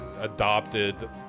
adopted